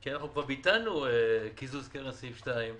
כי כבר ביטלנו קיזוז קרן סעיף 2,